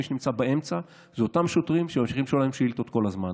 מי שנמצא באמצע זה אותם שוטרים שממשיכים לשאול עליהם שאילתות כל הזמן.